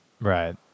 Right